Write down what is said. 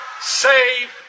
save